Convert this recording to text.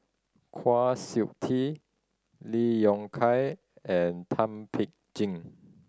Kwa Siew Tee Lee Yong Kiat and Thum Ping Tjin